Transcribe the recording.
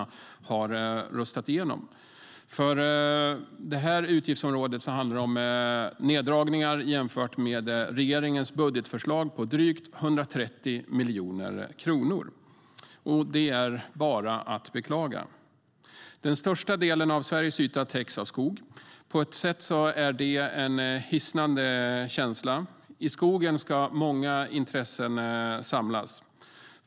I det här utgiftsområdet handlar det nämligen om neddragningar på drygt 130 miljoner kronor jämfört med regeringens budgetförslag. Det är bara att beklaga. Den största delen av Sveriges yta täcks av skog. På ett sätt är det en hisnande känsla. I skogen ska många intressen samlas.